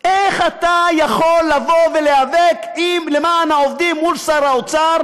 איך אתה יכול להיאבק למען העובדים מול שר האוצר